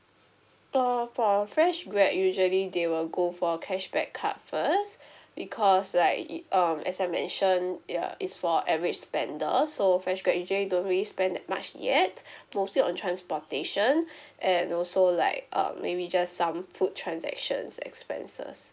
err for fresh grad usually they will go for cashback card first because like it it um as I mentioned it uh it's for average spender so fresh grad usually don't really spend that much yet mostly on transportation and also like um maybe just some food transactions expenses